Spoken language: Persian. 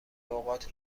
لغات